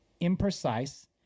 imprecise